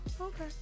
okay